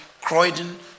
Croydon